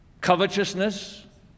covetousness